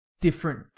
different